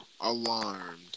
alarmed